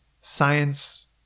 science –